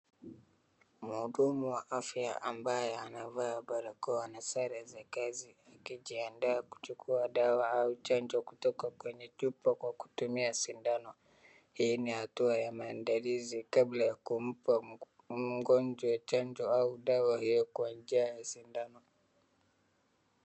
Mhudumu wa afya ambaye anavaa barakoa na sare za kazi akijiandaa kuchukua dawa au chanjo kutoka kwenye chupa kwa kutumia sindano. Hii ni hatua ya maandalizi kabla ya kumpa mgonjwa chanjo au dawa ya kwa njia ya sindano.